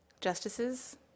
Justices